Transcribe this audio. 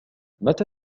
متى